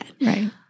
Right